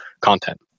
content